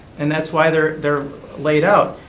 and that's why they're they're laid out.